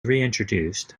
reintroduced